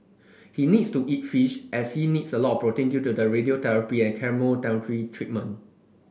he needs to eat fish as he needs a lot protein due to the radiotherapy and chemotherapy treatment